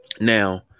Now